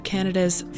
Canada's